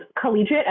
collegiate